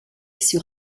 sur